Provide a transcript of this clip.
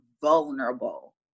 vulnerable